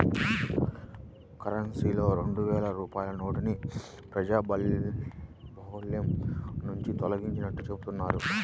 కరెన్సీలో రెండు వేల రూపాయల నోటుని ప్రజాబాహుల్యం నుంచి తొలగించినట్లు చెబుతున్నారు